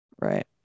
Right